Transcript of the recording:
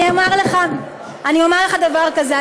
אני אומר לך דבר כזה,